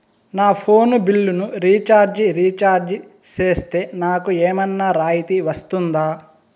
నా ఫోను బిల్లును recharge recharge సేస్తే, నాకు ఏమన్నా రాయితీ వస్తుందా?